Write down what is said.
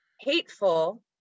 hateful